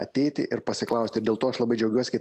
ateiti ir pasiklausti ir dėl to aš labai džiaugiuosi kad